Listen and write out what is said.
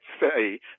say